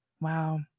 Wow